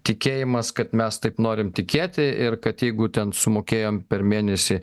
tikėjimas kad mes taip norim tikėti ir kad jeigu ten sumokėjom per mėnesį